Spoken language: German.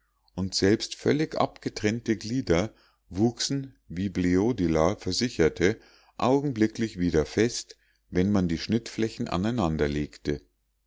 und selbst völlig abgetrennte glieder wuchsen wie bleodila versicherte augenblicklich wieder fest wenn man die schnittflächen aneinander legte